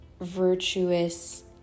virtuous